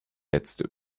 letzte